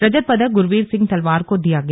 रजत पदक गुरवीर सिंह तलवार को दिया गया